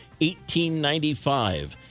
1895